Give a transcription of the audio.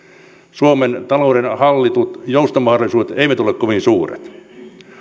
suomen talouden hallitut joustomahdollisuudet eivät ole kovin suuret